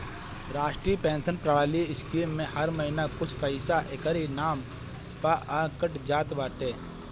राष्ट्रीय पेंशन प्रणाली स्कीम में हर महिना कुछ पईसा एकरी नाम पअ कट जात बाटे